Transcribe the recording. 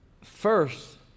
first